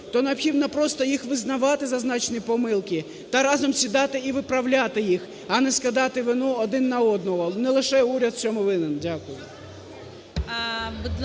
то необхідно просто їх визнавати, зазначені помилки, та разом сідати і виправляти їх, а не скидати вину один на одного, не лише уряд в цьому винен. Дякую.